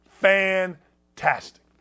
fantastic